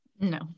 No